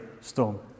storm